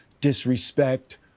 disrespect